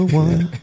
one